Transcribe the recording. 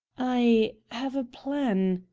i have a plan,